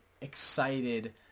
excited